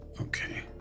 Okay